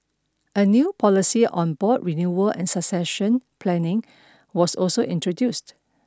a new policy on board renewal and succession planning was also introduced